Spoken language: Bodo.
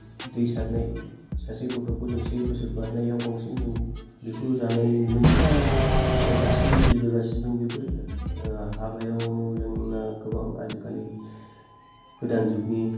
दै सारनाय सासे गथ'खौ जों से बोसोर बारनायाव बांसिन जों बेखौ जानाय नुनो मोनो आरो दासिमबो सोलिबोगासिनो दं बेफोरो हाबायाव जोंना गोबां आजिखालि गोदान जुगनि